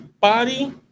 body